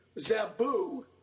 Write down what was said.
Zabu